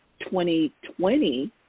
2020